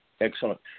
Excellent